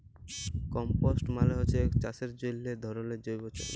compost মালে হচ্যে এক চাষের জন্হে ধরলের জৈব সার